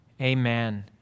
Amen